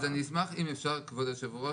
אני אשמח אם אפשר, כבוד היושב-ראש,